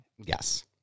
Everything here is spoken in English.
Yes